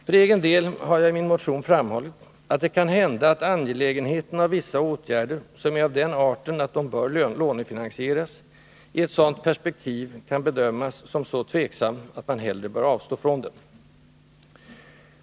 För egen del har jag i min motion framhållit att ”det kan hända att angelägenheten av vissa åtgärder, som är av den arten att de bör lånefinansieras, i ett sådant perspektiv kan bedömas som så tveksam att man hellre bör avstå från dem”.